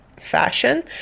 fashion